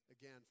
again